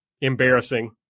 embarrassing